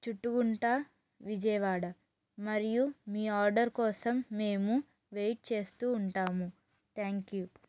చుట్టుగుంట విజయవాడ మరియు మీ ఆర్డర్ కోసం మేము వెయిట్ చేస్తూ ఉంటాము థ్యాంక్ యు